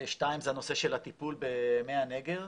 שניים, זה הנושא של הטיפול במי הנגר.